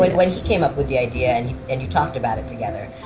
like when he came up with the idea and you talked about it together,